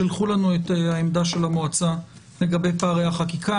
שלחו לנו את העמדה של המועצה לגבי פערי החקיקה.